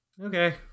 okay